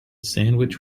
sandwich